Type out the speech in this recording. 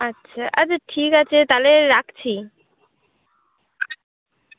আচ্ছা আচ্ছা ঠিক আছে তাহলে রাখছি